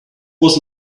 was